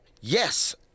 Yes